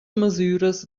masüras